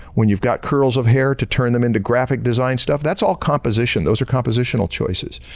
when you've got curls of hair to turn them into graphic design stuff. that's all composition. those are compositional choices.